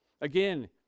Again